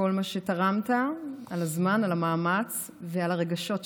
כל מה שתרמת, על הזמן, על המאמץ ועל הרגשות שלך.